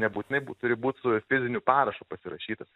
nebūtinai b turi būt su fiziniu parašu pasirašytas